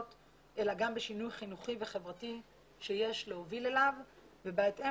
אלא גם בשינוי חינוכי וחברתי שיש להוביל אליו ובהתאם